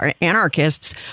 anarchists